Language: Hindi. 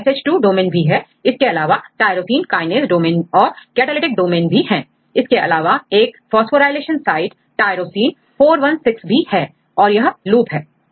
यहां SH2 डोमेन भी है इसके अलावा टायरोसिन Kinase डोमेन और कैटालिटिक डोमेन भी है इसके अलावा एक फास्फोर्यलेशन साइट टायरोसिन 416भी है और यह लूप है